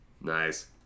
Nice